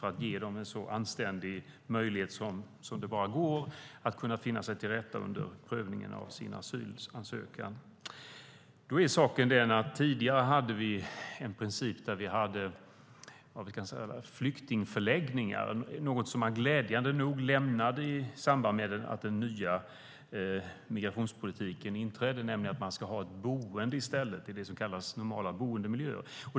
Vi ska ge dem en så anständig möjlighet det bara går när det gäller att finna sig till rätta under prövningen av asylansökan. Tidigare hade vi en princip som innebar flyktingförläggningar, något som man glädjande nog lämnade i samband med att den nya migrationspolitiken infördes, nämligen ett boende i stället, det som kallas normala boendemiljöer.